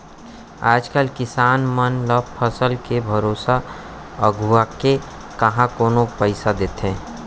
आज कल किसान मन ल फसल के भरोसा अघुवाके काँहा कोनो पइसा देथे